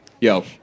Yo